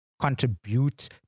contribute